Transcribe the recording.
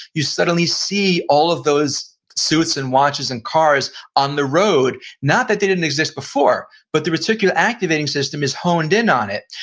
you suddenly see all of those suits and watches and cars on the road. not that they didn't exist before, but the particular activating system is honed in on it,